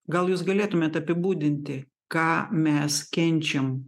gal jūs galėtumėt apibūdinti ką mes kenčiam